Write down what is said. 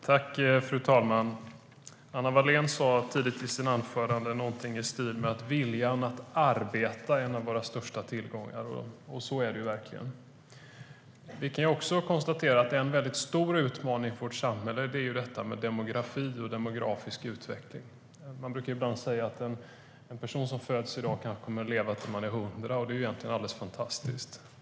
Fru talman! Anna Wallén sa tidigt i sitt anförande någonting i stil med att viljan att arbeta är en av våra största tillgångar. Och så är det verkligen. Vi kan också konstatera att en stor utmaning för vårt samhälle är demografin och den demografiska utvecklingen. Man brukar ibland säga att en person som föds i dag kanske kommer att leva tills han eller hon är 100 år. Det är egentligen alldeles fantastiskt!